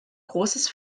großes